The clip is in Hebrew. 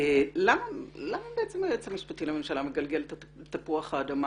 למה היועץ המשפטי לממשלה מגלגל את תפוח האדמה